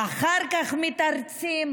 אחר כך מתרצים,